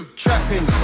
trapping